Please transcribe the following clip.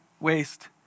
waste